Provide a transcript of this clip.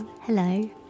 Hello